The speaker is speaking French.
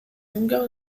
longueur